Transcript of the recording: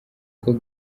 uko